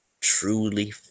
Truly